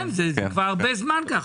כן, זה כבר הרבה זמן ככה.